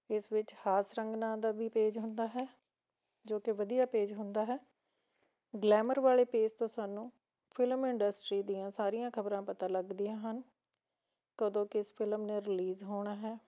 ਇਸ ਵਿੱਚ ਹਾਸ ਰੰਗ ਨਾਂ ਦਾ ਵੀ ਪੇਜ ਹੁੰਦਾ ਹੈ ਜੋ ਕਿ ਵਧੀਆ ਪੇਜ ਹੁੰਦਾ ਹੈ ਗਲੈਮਰ ਵਾਲੇ ਪੇਜ ਤੋਂ ਸਾਨੂੰ ਫਿਲਮ ਇੰਡਸਟਰੀ ਦੀਆਂ ਸਾਰੀਆਂ ਖਬਰਾਂ ਪਤਾ ਲੱਗਦੀਆਂ ਹਨ ਕਦੋਂ ਕਿਸ ਫਿਲਮ ਨੇ ਰਿਲੀਜ਼ ਹੋਣਾ ਹੈ